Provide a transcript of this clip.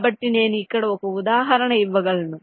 కాబట్టి నేను ఇక్కడ ఒక ఉదాహరణ ఇవ్వగలను